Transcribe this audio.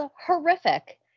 horrific